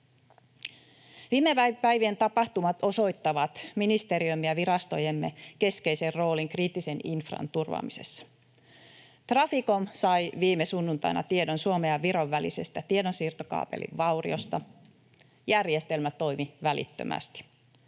Viime päivien tapahtumat osoittavat ministeriömme ja virastojemme keskeisen roolin kriittisen infran turvaamisessa. Traficom sai viime sunnuntaina tiedon Suomen ja Viron välisestä tiedonsiirtokaapelin vauriosta. Järjestelmä toimi välittömästi.